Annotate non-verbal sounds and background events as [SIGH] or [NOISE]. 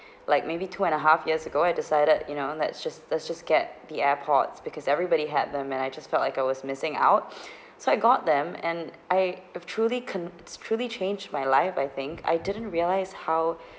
[BREATH] like maybe two and a half years ago I decided you know let's just let's just get the airpods because everybody had them and I just felt like I was missing out [BREATH] so I got them and I have truly can it's truly changed my life I think I didn't realise how